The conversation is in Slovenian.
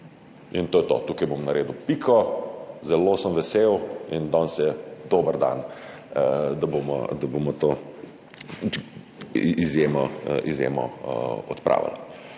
in to je to. Tukaj bom naredil piko. Zelo sem vesel in danes je dober dan, da bomo odpravili